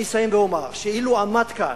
אני אסיים ואומר שאילו עמד כאן,